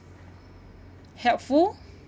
helpful